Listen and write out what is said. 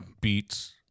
beats